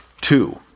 Two